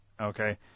okay